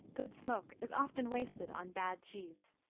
good smoke is often wasted on bad cheese.